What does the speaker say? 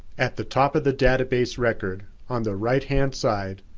at the top of the database record, on the right hand side,